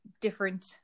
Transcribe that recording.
different